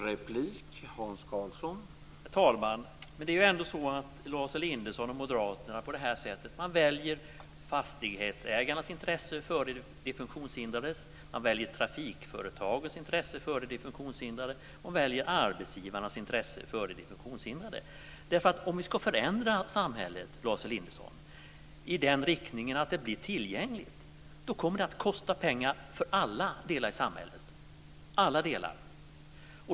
Herr talman! Det är ändå så att Lars Elinderson och moderaterna på det här sättet väljer fastighetsägarnas intresse före de funktionshindrades. Man väljer trafikföretagens intresse före de funktionshindrades. Man väljer arbetsgivarnas intresse före de funktionshindrades. Om vi ska förändra samhället i den riktningen att det blir tillgängligt, Lars Elinderson, kommer det att kosta pengar för alla delar i samhället.